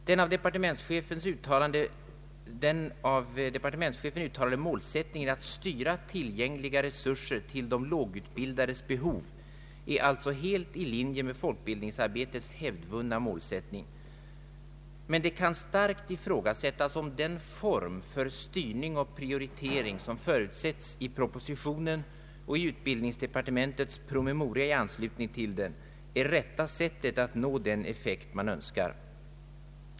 Den i propositionen uttalade målsättningen att styra tillgängliga resurser till de lågutbildades behov är alltså helt i linje med folkbildningsarbetets hävdvunna målsättning. Det kan starkt ifrågasättas om den form för styrning och prioritering som förutsätts i propositionen och i utbildningsdepartementets PM är rätta sättet att nå den effekt man önskar.